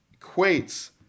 equates